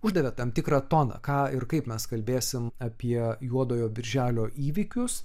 uždavė tam tikrą toną ką ir kaip mes kalbėsim apie juodojo birželio įvykius